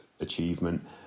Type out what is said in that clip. achievement